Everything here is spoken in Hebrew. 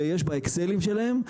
שיש באקסלים שלהם,